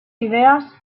ideas